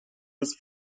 was